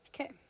Okay